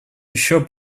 еще